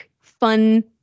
fun